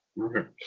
okay